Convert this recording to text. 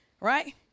right